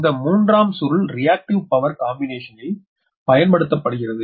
இந்த மூன்றாம் சுருள் ரியாக்டிவ் பவர் காம்பென்சேஷனில் பயன்படுத்தப்படுகிறது